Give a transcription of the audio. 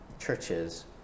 churches